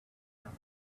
pouch